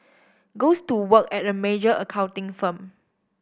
goes to work at a major accounting firm